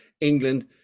England